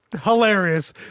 hilarious